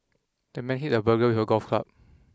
the man hit the burglar with a golf club